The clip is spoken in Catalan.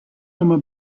home